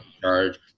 charge